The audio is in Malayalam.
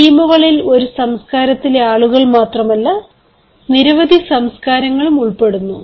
ടീമുകളിൽ ഒരു സംസ്കാരത്തിലെ ആളുകൾ മാത്രമല്ല നിരവധി സംസ്കാരങ്ങളും ഉൾപ്പെടുന്നു